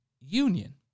union